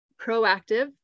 proactive